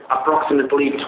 approximately